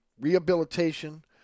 rehabilitation